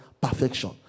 perfection